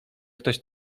ktoś